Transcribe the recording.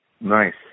Nice